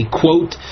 quote